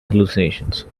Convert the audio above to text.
hallucinations